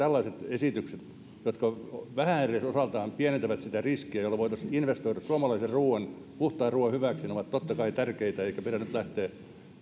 tällaiset esitykset jotka edes vähän osaltaan pienentävät sitä riskiä jolloin voitaisiin investoida suomalaisen puhtaan ruoan hyväksi ovat totta kai tärkeitä eikä pidä nyt lähteä